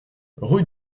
rue